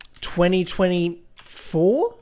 2024